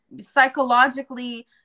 psychologically